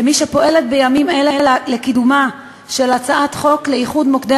כמי שפועלת בימים אלה לקידומה של הצעת חוק לאיחוד מוקדי